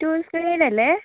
tourist ഗൈഡല്ലേ